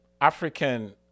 African